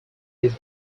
his